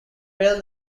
bell